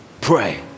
pray